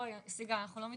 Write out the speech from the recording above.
בואי סיגל, אנחנו לא מתווכחות.